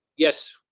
yes,